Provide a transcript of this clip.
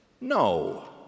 No